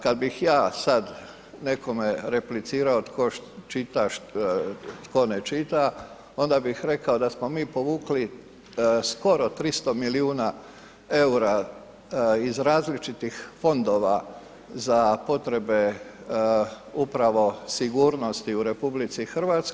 Kad bih ja sad nekome replicirao tko čita, tko ne čita onda bih rekao da smo mi povukli skoro 300 milijuna EUR-a iz različitih fondova za potrebe upravo sigurnosti u RH.